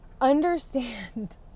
understand